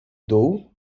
dół